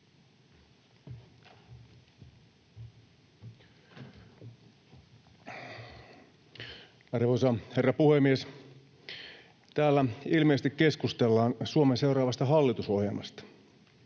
Arvoisa herra puhemies! Täällä ilmeisesti keskustellaan Suomen seuraavasta hallitusohjelmasta.